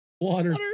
water